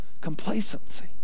Complacency